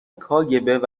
کاگب